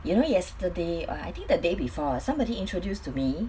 you know yesterday or I think the day before ah somebody introduced to me